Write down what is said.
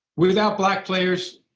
without black players,